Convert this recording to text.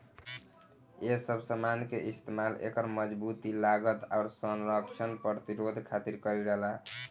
ए सब समान के इस्तमाल एकर मजबूती, लागत, आउर संरक्षण प्रतिरोध खातिर कईल जाला